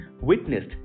witnessed